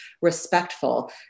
respectful